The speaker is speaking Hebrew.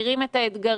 מכירים את האתגרים,